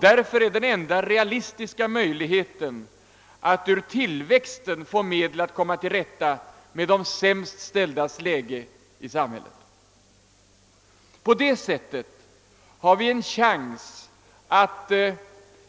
Därför är den enda realistiska möjligheten att ur tillväxten få medel att komma till rätta med de sämst ställdas läge i samhället. På det sättet har vi en chans att